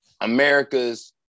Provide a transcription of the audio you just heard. America's